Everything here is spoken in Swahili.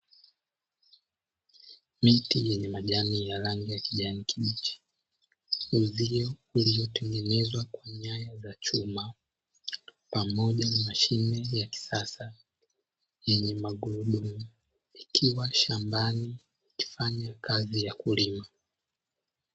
Miti yenye majani ya rangi ya kijani kibichi iliotengenezwa kwa nyaya za chuma, pamoja na mashine ya kisasa yenye magurudumu ikiwa shambani ikifanya kazi ya kulima.